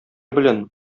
белән